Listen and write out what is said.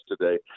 today